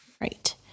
Right